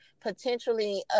potentially